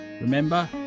Remember